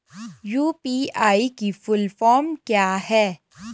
UPI की full form क्या है?